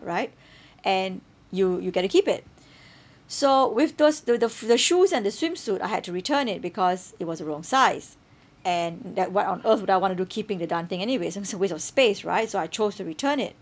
right and you you get to keep it so with those the the f~ the shoes and the swimsuit I had to return it because it was the wrong size and that why on earth would I wanted to keeping the darned thing anyways so such a waste of space right so I chose to return it